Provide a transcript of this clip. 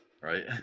right